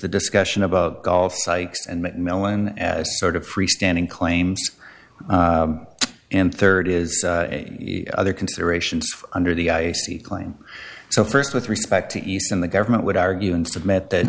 the discussion about golf sykes and mcmillen as sort of freestanding claims and third is other considerations under the i c claim so first with respect to east and the government would argue and submit that